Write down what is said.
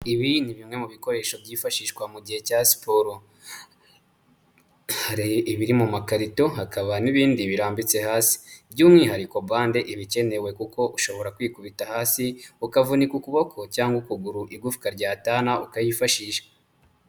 Ibi ni bimwe mu bikoresho byifashishwa mu gihe cya siporo, hari ibiri mu makarito hakaba n'ibindi birambitse hasi, by'umwihariko bande iba ikenewe kuko ushobora kwikubita hasi ukavunika ukuboko cyangwa ukuguru igufwa ryatana ukayifashisha.